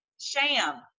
sham